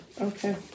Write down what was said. Okay